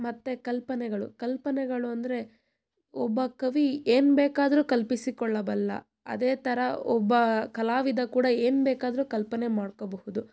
ಮತ್ತು ಕಲ್ಪನೆಗಳು ಕಲ್ಪನೆಗಳು ಅಂದರೆ ಒಬ್ಬ ಕವಿ ಏನು ಬೇಕಾದರೂ ಕಲ್ಪಿಸಿಕೊಳ್ಳಬಲ್ಲ ಅದೇ ಥರ ಒಬ್ಬ ಕಲಾವಿದ ಕೂಡ ಏನು ಬೇಕಾದರೂ ಕಲ್ಪನೆ ಮಾಡ್ಕೋಬಹುದು